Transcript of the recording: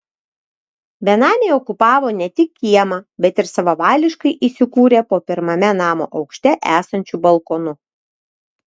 benamiai okupavo ne tik kiemą bet ir savavališkai įsikūrė po pirmame namo aukšte esančiu balkonu